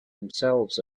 themselves